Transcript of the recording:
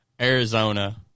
Arizona